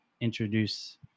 introduce